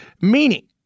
Meaning